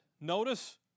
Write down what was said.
Notice